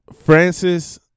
Francis